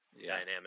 dynamic